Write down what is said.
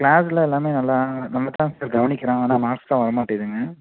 கிளாஸில் எல்லாமே நல்லா நல்லா தான் சார் கவனிக்கிறான் ஆனால் மார்க்ஸ் தான் வர மாட்டிகிதுங்க